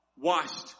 Washed